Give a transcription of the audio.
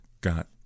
got